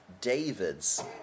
David's